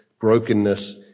brokenness